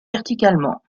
verticalement